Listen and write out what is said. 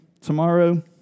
tomorrow